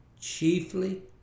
Chiefly